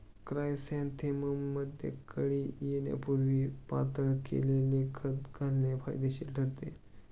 क्रायसॅन्थेमममध्ये कळी येण्यापूर्वी पातळ केलेले खत घालणे फायदेशीर ठरते